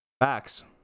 facts